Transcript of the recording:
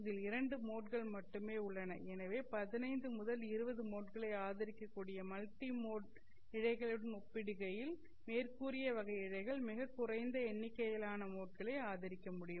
இதில் இரண்டு மோட்கள் மட்டுமே உள்ளன எனவே 15 முதல் 20 மோட்களை ஆதரிக்கக்கூடிய மல்டி மோட் இழைகளுடன் ஒப்பிடுகையில் மேற்குறிப்பிட்ட வகை இழைகள் மிகக் குறைந்த எண்ணிக்கையிலான மோட்களை ஆதரிக்க முடியும்